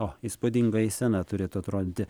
o įspūdinga eisena turėtų atrodyti